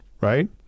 right